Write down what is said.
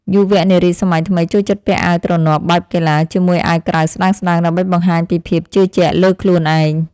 យុវនារីសម័យថ្មីចូលចិត្តពាក់អាវទ្រនាប់បែបកីឡាជាមួយអាវក្រៅស្តើងៗ ដើម្បីបង្ហាញពីភាពជឿជាក់លើខ្លួនឯង។